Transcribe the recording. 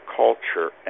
culture